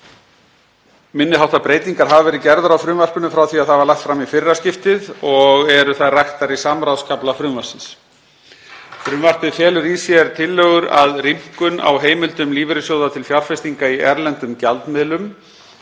Minni háttar breytingar hafa verið gerðar á frumvarpinu frá því að það var lagt fram í fyrra skiptið og eru þær raktar í samráðskafla frumvarpsins. Frumvarpið felur í sér tillögur að rýmkun á heimildum lífeyrissjóða til fjárfestinga í erlendum gjaldmiðlum.